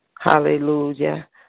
Hallelujah